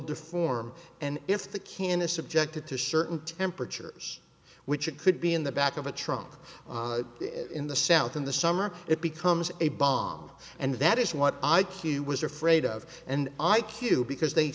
deformed and if the can is subjected to certain temperatures which it could be in the back of a truck in the south in the summer it becomes a bomb and that is what i q was afraid of and i q because they